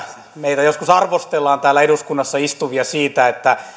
meitä täällä eduskunnassa istuvia joskus arvostellaan siitä että